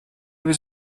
was